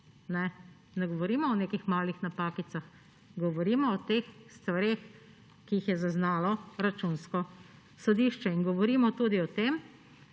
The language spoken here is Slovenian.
ne govorimo o nekih malih napakicah. Govorimo o teh stvareh, ki jih je zaznalo Računsko sodišče, in govorimo tudi o tem,